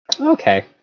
Okay